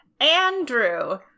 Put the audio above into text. Andrew